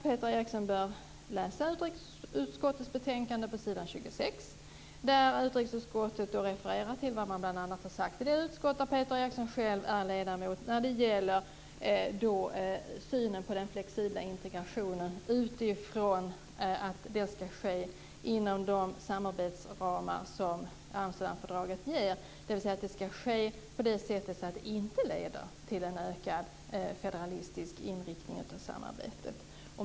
Peter Eriksson bör läsa utrikesutskottets betänkande på s. 26, där utrikesutskottet refererar till vad som har sagts i det utskott Peter Eriksson själv är ledamot i när det gäller synen på den flexibla integrationen. Den skall ske inom de samarbetsramar Amsterdamfördraget ger, dvs. att det inte leder till en ökad federalistisk inriktning av samarbetet.